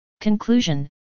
Conclusion